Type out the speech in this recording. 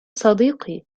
صديقي